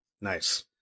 Nice